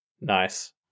Nice